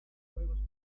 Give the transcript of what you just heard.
juegos